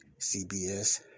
CBS